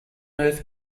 earth